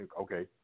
okay